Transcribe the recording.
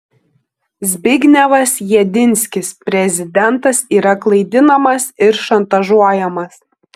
zbignevas jedinskis prezidentas yra klaidinamas ir šantažuojamas